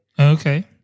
Okay